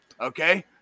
Okay